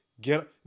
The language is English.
get